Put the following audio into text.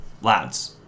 lads